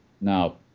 Now